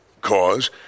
cause